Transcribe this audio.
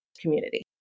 community